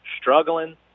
struggling